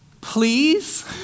please